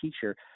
teacher